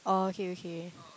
uh okay okay